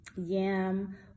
yam